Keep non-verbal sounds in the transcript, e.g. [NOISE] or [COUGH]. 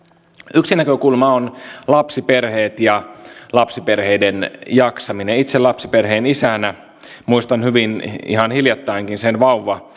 yksi näkökulma on lapsiperheet ja lapsiperheiden jaksaminen itse lapsiperheen isänä muistan hyvin ihan hiljattainkin sen vauva [UNINTELLIGIBLE]